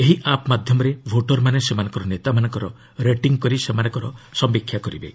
ଏହି ଆପ୍ ମାଧ୍ୟମରେ ଭୋଟର୍ମାନେ ସେମାନଙ୍କର ନେତାମାନଙ୍କର ରେଟିଂ କରି ସେମାନଙ୍କର ସମୀକ୍ଷା କରିବେ